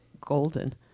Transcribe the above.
golden